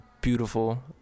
beautiful